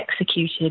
executed